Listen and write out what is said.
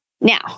Now